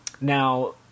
Now